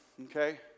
Okay